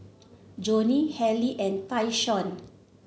Jonnie Halle and Tayshaun